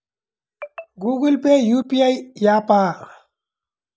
Google Pay UPI య్యాపా?